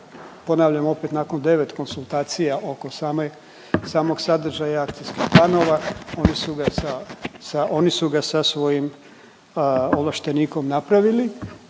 ponavljam, opet, nakon 9 konsultacija oko same, samog sadržaja akcijskih planovi, oni su ga sa, oni su ga sa svojim ovlaštenikom napravili.